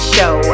Show